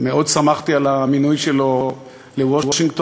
מאוד שמחתי על המינוי שלו לוושינגטון.